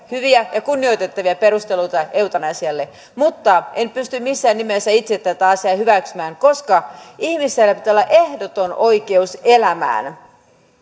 hyviä ja kunnioitettavia perusteluita eutanasialle mutta en pysty missään nimessä itse tätä asiaa hyväksymään koska ihmisellä pitää olla ehdoton oikeus elämään